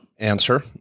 Answer